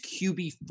QB